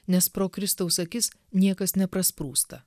nes pro kristaus akis niekas neprasprūsta